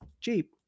cheap